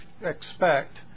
expect